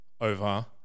over